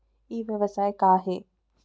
ई व्यवसाय का हे?